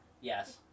Yes